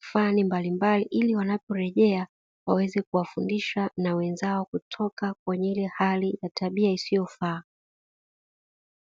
fani mbalimbali ili wanaporejea waweze kuwafundisha na wenzao kutoka kwenye ile hali ya tabia isiyofaa.